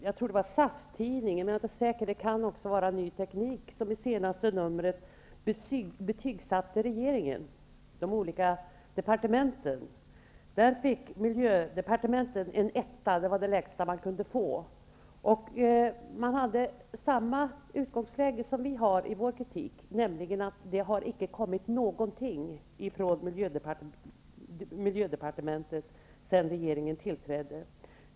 Jag tror det var SAF-tidningen -- men jag är inte säker; det kan också ha varit Ny Teknik -- som i senaste numret betygsatte regeringen och de olika departementen. Där fick miljödepartementet en etta -- det var det lägsta man kunde få. Tidningen hade samma utgångspunkt som vi har i vår kritik, nämligen att det icke har kommit någonting från miljödepartementet sedan regeringen tillträdde.